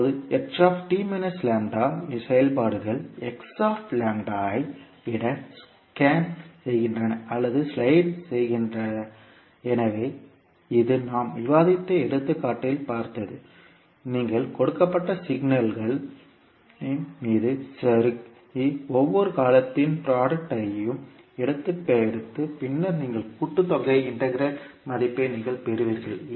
இப்போது செயல்பாடுகள் x λ ஐ விட ஸ்கேன் செய்கின்றன அல்லது ஸ்லைடு செய்கின்றன எனவே இது நாம் விவாதித்த எடுத்துக்காட்டில் பார்த்தது நீங்கள் கொடுக்கப்பட்ட சிக்னல்கன் மீது சறுக்கி ஒவ்வொரு காலத்தின் புரோடக்ட் ஐயும் எடுத்து பின்னர் நீங்கள் கூட்டுத்தொகை இன்டெக்ரல் மதிப்பை நீங்கள் பெறுவீர்கள்